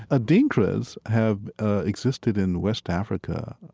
adinkras have ah existed in west africa.